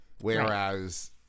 Whereas